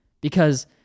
Because-